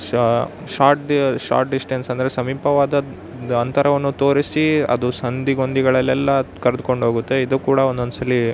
so short ಡ್ short distance ಅಂದರೆ ಸಮೀಪವಾದ ದ್ ಅಂತರವನ್ನು ತೋರಿಸಿ ಅದು ಸಂಧಿ ಗೊಂದಿಗಳಲ್ಲೆಲ್ಲ ಕರ್ದ್ಕೊಂಡು ಹೋಗುತ್ತೆ ಇದು ಕೂಡ ಒಂದೊಂದು ಸಲ